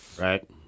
right